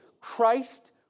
Christ